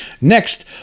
next